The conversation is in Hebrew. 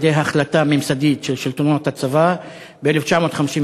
החלטה ממסדית של שלטונות הצבא ב-1956,